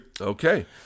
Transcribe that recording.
Okay